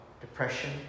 depression